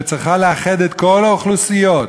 שצריכה לאחד את כל האוכלוסיות,